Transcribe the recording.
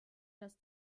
das